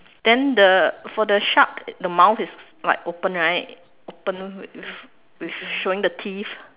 then the for the shark it the mouth is like open right open open with with showing the teeth